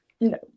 No